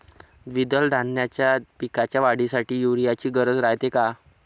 द्विदल धान्याच्या पिकाच्या वाढीसाठी यूरिया ची गरज रायते का?